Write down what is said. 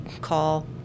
call